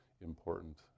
important